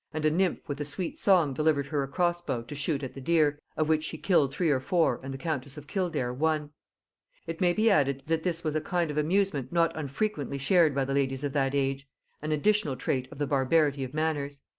and a nymph with a sweet song delivered her a cross-bow to shoot at the deer, of which she killed three or four and the countess of kildare one it may be added, that this was a kind of amusement not unfrequently shared by the ladies of that age an additional trait of the barbarity of manners.